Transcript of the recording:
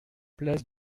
place